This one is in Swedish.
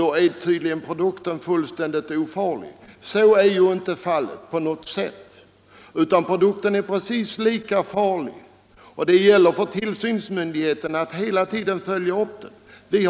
Då är tydligen produkten fullständigt ofarlig. Så är ju inte alls fallet. Produkten är precis lika farlig under alla omständigheter. Det gäller för tillsynsmyndigheten att hela tiden följa upp denna fråga.